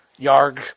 Yarg